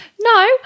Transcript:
No